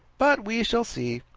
but we shall see.